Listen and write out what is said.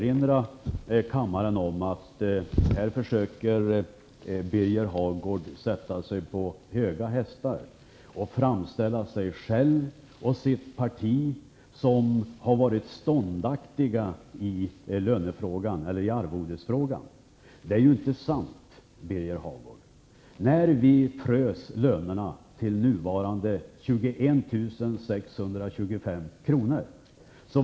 Fru talman! Birger Hagård försöker sätta sig på höga hästar och framställa sig själv och sitt parti som ståndaktiga i arvodesfrågan. Det är inte sant, Birger Hagård. Jag vill erinra kammaren om att när vi frös lönerna till nuvarande 21 625 kr.